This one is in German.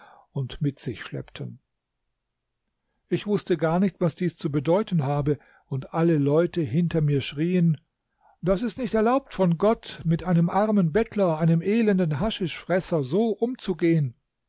und mit sich schleppten ich wußte gar nicht was dies zu bedeuten habe und alle leute hinter mir schrien das ist nicht erlaubt von gott mit einem armen bettler einem elenden haschischfresser so umzugehen